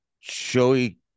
Joey